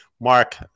mark